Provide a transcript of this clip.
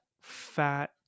fat